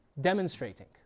Demonstrating